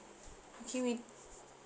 okay we